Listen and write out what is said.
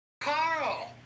Carl